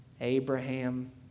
Abraham